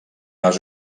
les